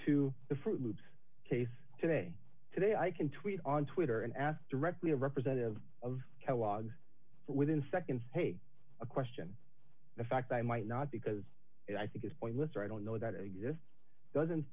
to the fruit loops case today today i can tweet on twitter and ask directly a representative of kellogg's within seconds hey a question the fact that i might not because i think it's pointless or i don't know that it exists doesn't